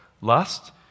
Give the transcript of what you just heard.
Lust